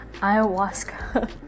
Ayahuasca